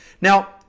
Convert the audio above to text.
Now